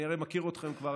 אני הרי מכיר אתכם כבר,